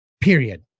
period